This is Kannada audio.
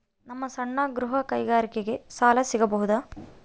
ನಮ್ಮ ಸಣ್ಣ ಗೃಹ ಕೈಗಾರಿಕೆಗೆ ಸಾಲ ಸಿಗಬಹುದಾ?